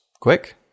quick